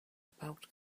about